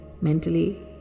Mentally